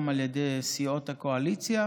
גם על ידי סיעות הקואליציה